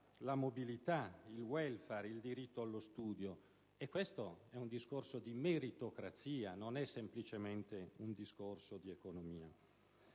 la mobilità, il *welfare*, il diritto allo studio. E questo è un discorso di meritocrazia, non è semplicemente una questione di economia.